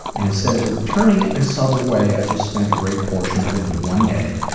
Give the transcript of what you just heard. and instead of returning it in a subtle way, i just spent a great portion of it in one day.